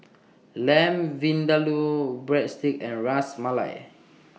Lamb Vindaloo Breadsticks and Ras Malai